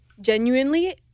genuinely